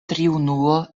triunuo